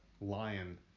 lion